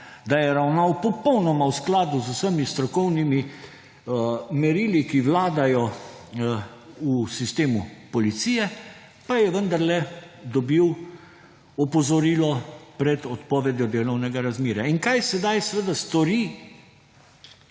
da je ravnal popolnoma v skladu z vsemi strokovnimi merili, ki vladajo v sistemu policije, pa je vendarle dobil opozorilo pred odpovedjo delovnega razmerja. In kaj sedaj seveda stori